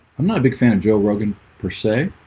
i'm not a big fan of joe rogan per se.